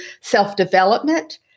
self-development